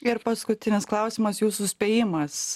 ir paskutinis klausimas jūsų spėjimas